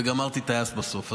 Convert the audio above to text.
וגמרתי טייס בסוף.